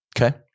okay